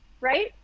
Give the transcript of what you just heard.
right